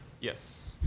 Yes